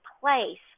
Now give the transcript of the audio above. place